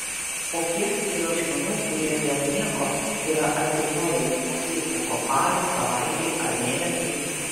o kiek yra žmonių kurie dėl nieko yra atribojami nuo feisbuko parai savaitei ar mėnesiui